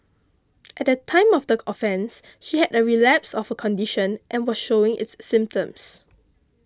at the time of the offence she had a relapse of her condition and was showing its symptoms